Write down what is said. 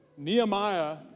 Nehemiah